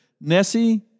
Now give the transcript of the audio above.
Nessie